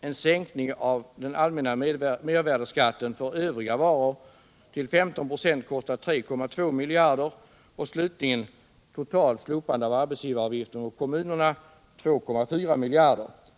En sänkning av den allmänna mervärdeskatten på övriga varor till 15 96 kostar 3,2 miljarder kronor, och ett totalt slopande av arbetsgivaravgiften för kommunerna kostar 2,5 miljarder kronor.